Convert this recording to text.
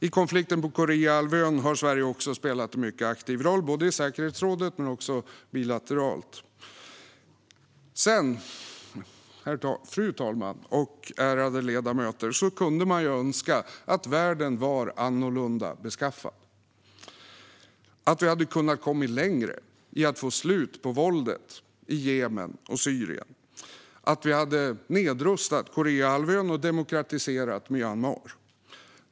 I konflikten på Koreahalvön har Sverige också spelat en mycket aktiv roll, både i säkerhetsrådet och bilateralt. Fru talman och ärade ledamöter! Sedan kan man önska att världen var annorlunda beskaffad, att vi hade kommit längre i att få slut på våldet i Jemen och i Syrien, att vi hade nedrustat Koreahalvön och demokratiserat Myanmar.